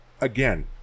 again